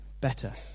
better